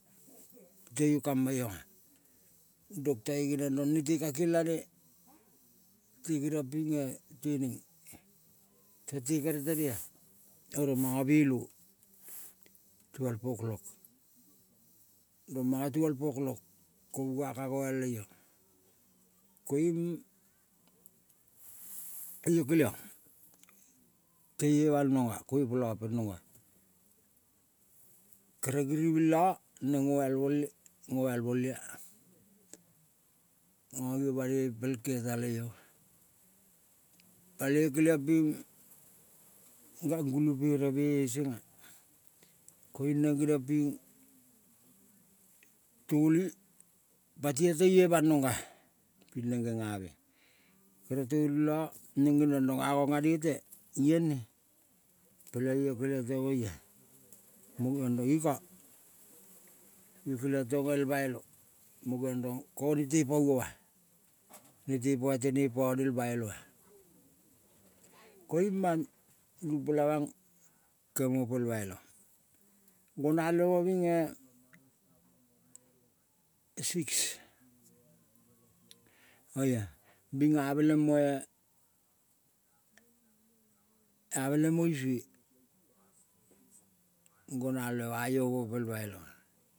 Teio kama ionga, doktaie geniong rong nete kake lane te keriong pinge tueneng, te kere tenea oro manga belo, tvelv oklok rong manga tvelv oklok ko munga ka ngoial leio. Koiung io keliong teio ma nonga, kuepola pel nonga, kere giriving le neng ngoial mole, ngoial. Ngange banoi piel tieta le io, palos keliong ping gangulu pereme esenga. Koing neng geniong ping toli, pati io teio ma nonga-a pineng genga be kere toli la. Neng geniong rong angang ngane te iel ne peleng io keliang tong oia, mo geong rong ika io. Keliong tong bailo mo geong rong ko nete pa uoma, nete pai tene pane el baiba. Koiung mang rumpela mang kemo pel banlo, gonalve ba binge siks oia bing. Ameleng moe ameleng mo isue, gonalve baio bailoa.